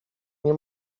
nie